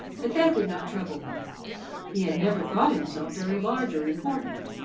but that did not trouble him he had never thought himself very large or important,